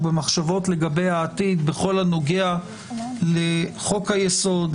ובמחשבות לגבי העתיד בכל הנוגע לחוק היסוד,